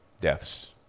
deaths